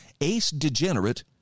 ace-degenerate